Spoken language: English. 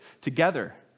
together